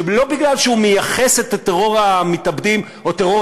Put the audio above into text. לא מפני שהוא מייחס את טרור המתאבדים או טרור